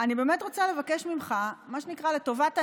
אני באמת רוצה לבקש ממך, מה שנקרא, לטובת העניין,